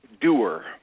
doer